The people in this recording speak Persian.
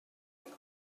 صحبت